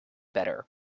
better